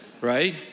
Right